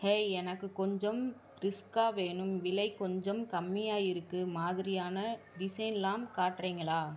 hey எனக்கு கொஞ்சம் ரிஸ்க்காக வேணும் விலை கொஞ்சம் கம்மியாக இருக்கு மாதிரியான டிசைன்லாம் காட்டுறீங்களா